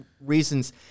reasons